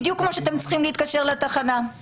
בדיוק כמו שאתם צריכים להתקשר לתחנה, לקצין.